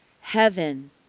heaven